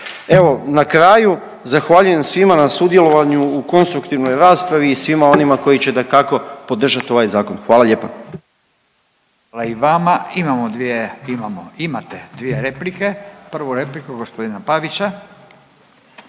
Evo na kraju zahvaljujem svima na sudjelovanju u konstruktivnoj raspravi i svima onima koji će dakako podržat ovaj zakon. Hvala lijepa. **Radin, Furio (Nezavisni)** Hvala i vama. Imamo dvije, imate dvije replike, prvu repliku g. Pavića.